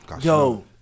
Yo